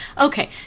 Okay